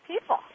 people